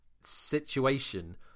situation